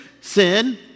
sin